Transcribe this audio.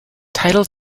title